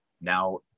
now